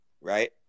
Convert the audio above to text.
right